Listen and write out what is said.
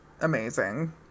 amazing